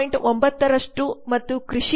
9 ಮತ್ತು ಕೃಷಿ ಕೇವಲ 5